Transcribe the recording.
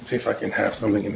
if i can have something in